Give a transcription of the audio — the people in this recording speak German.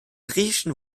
griechischen